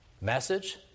message